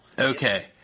Okay